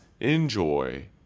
enjoy